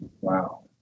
Wow